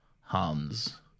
Hans